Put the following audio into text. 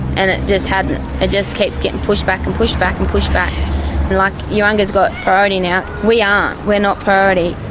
and it just hadn't. it ah just keeps getting pushed back and pushed back and pushed back and like, urunga's got priority now. we aren't. we're not priority.